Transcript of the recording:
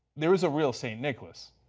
there is a real st. nicholas.